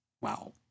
Wow